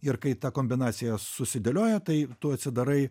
ir kai ta kombinacija susidėlioja tai tu atsidarai